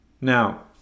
Now